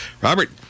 Robert